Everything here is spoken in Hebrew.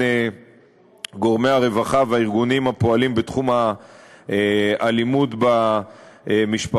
גורמי הרווחה והארגונים הפועלים בתחום האלימות במשפחה.